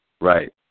Right